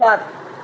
सात